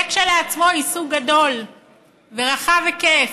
זה כשלעצמו עיסוק גדול ורחב היקף.